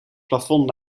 plafond